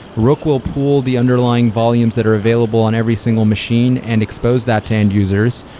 rook will pool the underlying volumes that are available on every single machine and expose that to end users.